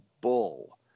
bull